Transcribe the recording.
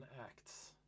acts